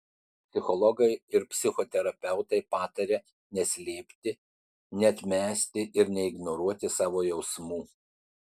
psichologai ir psichoterapeutai pataria neslėpti neatmesti ir neignoruoti savo jausmų